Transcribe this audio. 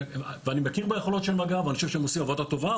אני מכיר ביכולות של מג"ב ואני חושב שהם עושים עבודה טובה,